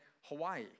Hawaii